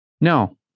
No